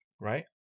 Right